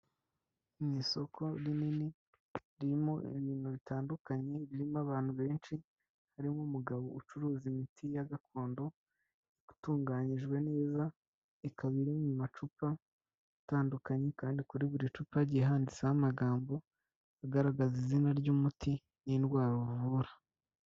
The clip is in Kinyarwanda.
Mu isoko rinini, ririmo ibintu bitandukanye, ririmo abantu benshi, harimo umugabo ucuruza imiti ya gakondo itunganyijwe neza, ikaba iri mu macupa atandukanye kandi kuri buri cupa hagiye handitseho amagambo agaragaza izina ry'umuti n'indwara wavura.